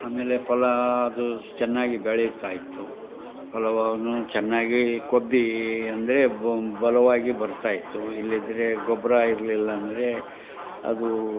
ಆಮೇಲೆ ಫಲ ಅದು ಚೆನ್ನಾಗಿ ಬೆಳಿತಾಯಿತ್ತು ಫಲವನ್ನು ಚೆನ್ನಾಗಿ ಕೊಬ್ಬಿ ಅಂದರೆ ಬಲವಾಗಿ ಬರ್ತಾಯಿತ್ತು ಇಲ್ಲಿದ್ದರೆ ಗೊಬ್ಬರ ಇರಲಿಲ್ಲ ಅಂದರೆ ಅದೂ